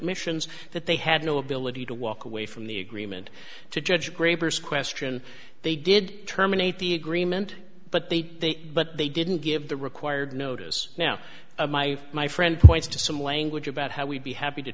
admissions that they had no ability to walk away from the agreement to judge great question they did terminate the agreement but they take but they didn't give the required notice now my my friend points to some language about how we'd be happy to